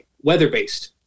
weather-based